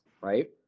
right